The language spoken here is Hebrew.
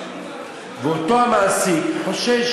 ואותו המעסיק חושש,